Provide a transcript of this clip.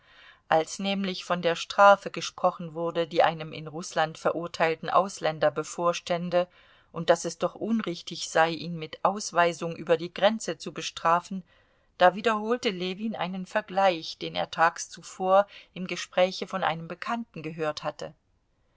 als nämlich von der strafe gesprochen wurde die einem in rußland verurteilten ausländer bevorstände und daß es doch unrichtig sei ihn mit ausweisung über die grenze zu bestrafen da wiederholte ljewin einen vergleich den er tags zuvor im gespräche von einem bekannten gehört hatte